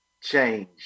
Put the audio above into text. Change